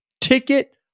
ticket